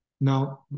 now